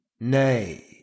Nay